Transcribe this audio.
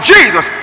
Jesus